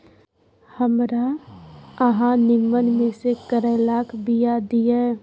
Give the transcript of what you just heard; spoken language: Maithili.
हमरा अहाँ नीमन में से करैलाक बीया दिय?